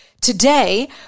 Today